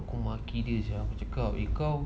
mak kira sia macam kau